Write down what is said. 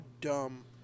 dumb